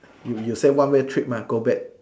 you you say on way trip mah go back